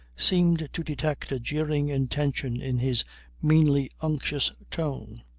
seemed to detect a jeering intention in his meanly unctuous tone,